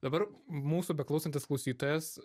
dabar mūsų beklausantis klausytojas